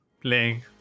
playing